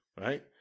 right